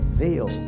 veil